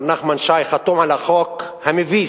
מר נחמן שי חתום על החוק המביש